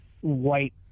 white